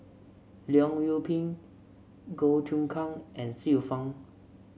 Leong Yoon Pin Goh Choon Kang and Xiu Fang